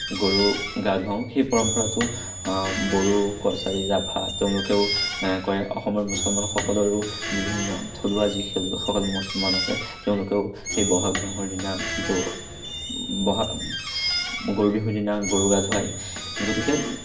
গৰু গা ধুৱাও সেই পৰম্পৰাটো বড়ো কছাৰী ৰাভা তেঁওলোকেও কৰে অসমৰ মুছলমানসকলৰো বিভিন্ন থলুৱা যিসকল মুছলমান আছে তেওঁলোকেও সেই বহাগ বিহুৰ দিনা তো বহাগ গৰু বিহুৰ দিনা গৰু গা ধুৱায় গতিকে